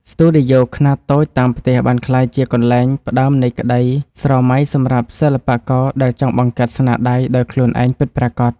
ស្ទូឌីយោខ្នាតតូចតាមផ្ទះបានក្លាយជាកន្លែងផ្ដើមនៃក្ដីស្រមៃសម្រាប់សិល្បករដែលចង់បង្កើតស្នាដៃដោយខ្លួនឯងពិតប្រាកដ។